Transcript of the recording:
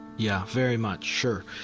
yeah. very much, sure.